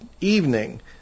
evening